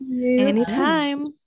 anytime